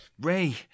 Ray